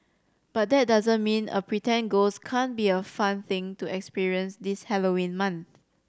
but that doesn't mean a pretend ghost can't be a fun thing to experience this Halloween month